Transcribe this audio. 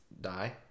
die